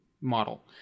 model